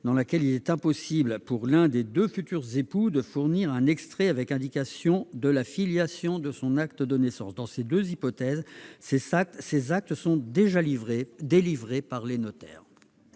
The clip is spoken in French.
dans laquelle il est impossible pour l'un des deux futurs époux de fournir un extrait de son acte de naissance avec indication de la filiation. Dans ces deux hypothèses, ces actes sont déjà délivrés par les notaires.